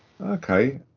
Okay